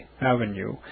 Avenue